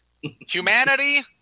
Humanity